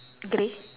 grey